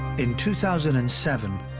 in two thousand and seven,